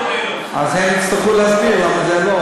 אז הם יצטרכו להסביר למה זה לא.